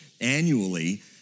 annually